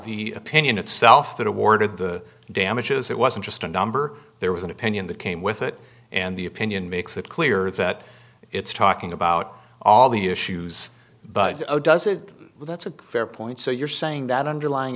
the opinion itself that awarded the damages it wasn't just a number there was an opinion that came with it and the opinion makes it clear that it's talking about all the issues but does it that's a fair point so you're saying that underlying